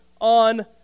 on